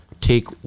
take